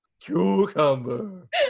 cucumber